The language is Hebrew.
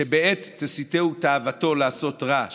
שבעת תסיתהו תאוותו לעשות רע,